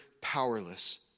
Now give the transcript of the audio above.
powerless